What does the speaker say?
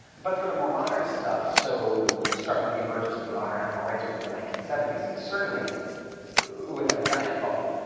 but for the more modern stuff, so starting with the emergence of the modern animal rights movement in the nineteen seventy s and certainly with fbi involvement,